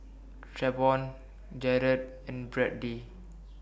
Travon Garret and Brady